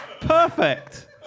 Perfect